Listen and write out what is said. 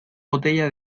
botella